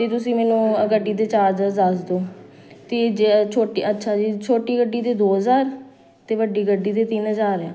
ਅਤੇ ਤੁਸੀਂ ਮੈਨੂੰ ਅ ਗੱਡੀ ਦੇ ਚਾਰਜ਼ਸ ਦੱਸ ਦਿਉ ਅਤੇ ਜ ਛੋਟੀ ਅੱਛਾ ਜੀ ਛੋਟੀ ਗੱਡੀ ਦੇ ਦੋ ਹਜ਼ਾਰ ਅਤੇ ਵੱਡੀ ਗੱਡੀ ਦੇ ਤਿੰਨ ਹਜ਼ਾਰ ਆ